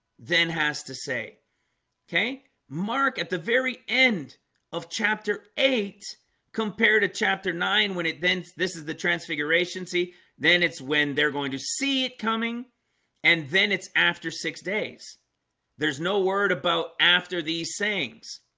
then has to say okay mark at the very end of chapter eight compared to chapter nine when it then this is the transfiguration see then it's when they're going to see it coming and then it's after six days there's no word about after these sayings,